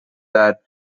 that